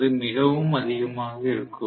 அது மிகவும் அதிகமாக இருக்கும்